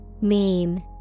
Meme